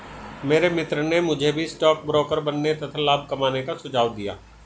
मेरे मित्र ने मुझे भी स्टॉक ब्रोकर बनने तथा लाभ कमाने का सुझाव दिया